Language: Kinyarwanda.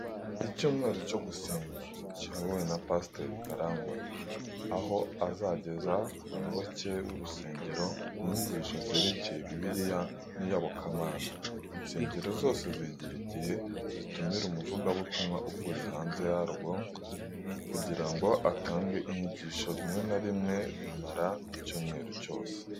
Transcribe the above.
Icyumweru cyo gusenga kiyobowe na pasiteri Karangwa aho azageza ku bayoboke b'urusengero inyigisho zerekeye bibiliya n'iyobokamana. Insengero zose zigira igihe zitumira umuvugabutumwa uvuye hanze yarwo kugira ngo atange inyigisho, rimwe na rimwe bimara icyumweru cyose.